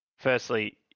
Firstly